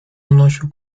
unosił